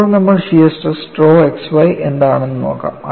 ഇപ്പോൾ നമ്മൾ shear stress tau xy എന്താണെന്നു നോക്കാം